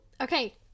Okay